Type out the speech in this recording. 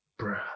bruh